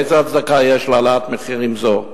איזו הצדקה יש להעלאת מחירים זו?